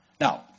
Now